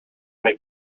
make